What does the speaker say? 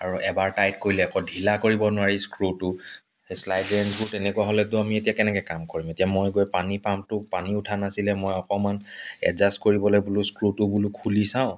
আৰু এবাৰ টাইট কৰিলে আকৌ ঢিলা কৰিব নোৱাৰি স্ক্ৰুটো সেই শ্লাইড ৰেঞ্চবোৰ তেনেকুৱা হ'লেতো আমি এতিয়া কেনেকৈ কাম কৰিম এতিয়া মই গৈ পানী পাম্পটো পানী উঠা নাছিলে মই অকমান এডজাষ্ট কৰি পেলাই বোলো স্ক্ৰুটো অলপ খুলি চাওঁ